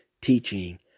teaching